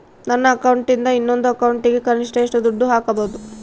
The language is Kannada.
ನನ್ನ ಅಕೌಂಟಿಂದ ಇನ್ನೊಂದು ಅಕೌಂಟಿಗೆ ಕನಿಷ್ಟ ಎಷ್ಟು ದುಡ್ಡು ಹಾಕಬಹುದು?